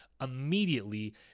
immediately